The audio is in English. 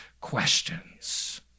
questions